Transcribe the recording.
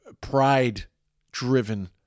pride-driven